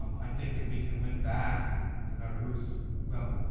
um i think that we can win back no matter who's well,